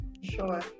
Sure